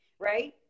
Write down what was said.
Right